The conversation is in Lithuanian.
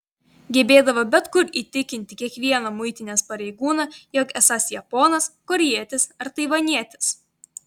gebėdavo bet kur įtikinti kiekvieną muitinės pareigūną jog esąs japonas korėjietis ar taivanietis